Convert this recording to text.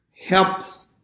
helps